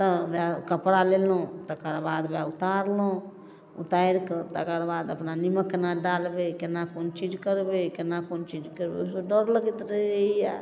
तऽ वएह कपड़ा लेलहुँ तकरबाद वएह उतारलहुँ उतारिकऽ तकरबाद अपना निमक कोना डालबै कोना कोन चीज करबै कोना कोन चीज करबै ओहिसँ डर लगैत रहैए